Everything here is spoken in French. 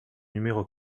numéro